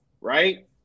right